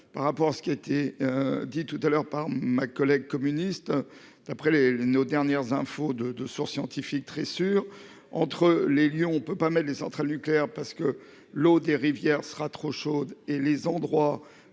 Par rapport à ce qui était dit tout à l'heure par ma collègue communiste. D'après les les. Nos dernières infos de de sources scientifique très sûr entre les Lions. On ne peut pas mais les centrales nucléaires parce que l'eau des rivières sera trop chaude et les endroits